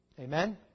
Amen